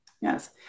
Yes